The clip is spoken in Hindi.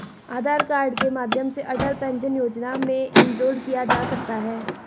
आधार कार्ड के माध्यम से अटल पेंशन योजना में इनरोल किया जा सकता है